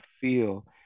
feel